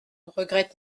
regrette